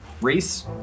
Reese